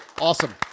awesome